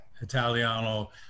Italiano